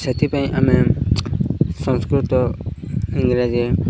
ସେଥିପାଇଁ ଆମେ ସଂସ୍କୃତ ଇଂରାଜୀ